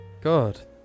god